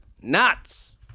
nuts